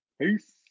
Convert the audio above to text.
Peace